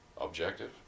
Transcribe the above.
objective